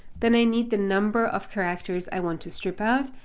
then i need the number of characters i want to strip out.